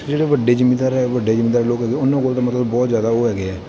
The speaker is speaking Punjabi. ਅਤੇ ਜਿਹੜੇ ਵੱਡੇ ਜਿਮੀਂਦਾਰ ਹੈ ਵੱਡੇ ਜਿਮੀਂਦਾਰ ਲੋਕ ਹੈਗੇ ਉਹਨਾਂ ਕੋਲ ਤਾਂ ਮਤਲਬ ਬਹੁਤ ਜ਼ਿਆਦਾ ਉਹ ਹੈਗੇ ਹੈ